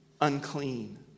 unclean